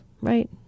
right